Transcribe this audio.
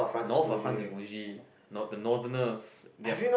north of France is boggy nor~ the northerners they are